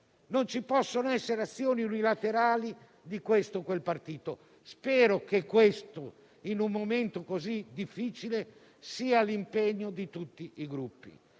Non ci possono essere azioni unilaterali di questo o quel partito. Spero che in un momento così difficile questo sia l'impegno di tutti i Gruppi.